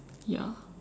ya